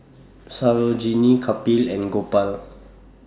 Sarojini Kapil and Gopal